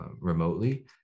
remotely